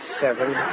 seven